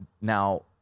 now